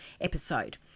episode